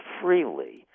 freely